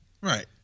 Right